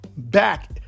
Back